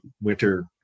winter